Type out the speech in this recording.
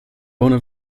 ohne